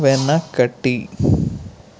వెనకటి